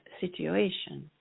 situation